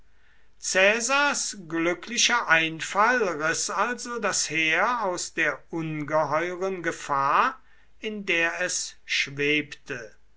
caesars glücklicher einfall riß also das heer aus der ungeheuren gefahr in der es schwebte